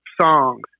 songs